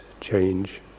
change